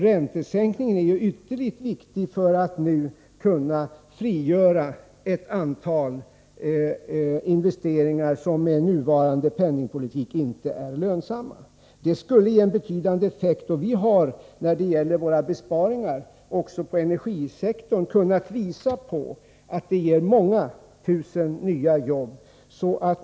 Räntesänkningen är ytterligt viktig för att man skall kunna frigöra ett antal investeringar som med nuvarande penningpolitik inte är lönsamma. Det skulle ge en betydande effekt. Vi har när det gäller våra besparingar också på energisektorn kunnat visa att det ger många tusen nya jobb.